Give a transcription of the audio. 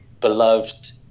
beloved